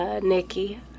Nikki